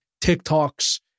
TikToks